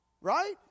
Right